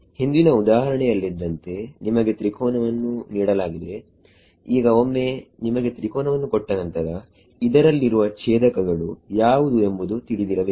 ಹಿಂದಿನ ಉದಾಹರಣೆಯಲ್ಲಿದ್ದಂತೆ ನಿಮಗೆ ತ್ರಿಕೋನವೊಂದನ್ನು ನೀಡಲಾಗಿದೆ ಈಗ ಒಮ್ಮೆ ನಿಮಗೆ ತ್ರಿಕೋನವನ್ನು ಕೊಟ್ಟ ನಂತರ ಇದರಲ್ಲಿರುವ ಛೇದಕಗಳು ಯಾವುದು ಎಂಬುದು ತಿಳಿದಿರಬೇಕು